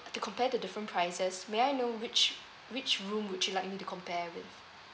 to compare to different prices may I know which which room would you like me to compare with